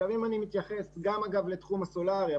אם אני מתייחס לתחום הרוח בעיקר,